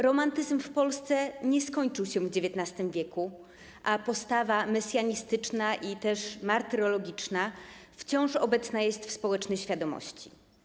Romantyzm w Polsce nie skończył się w XIX w., a postawa mesjanistyczna i też martyrologiczna wciąż obecna jest w społecznej świadomości.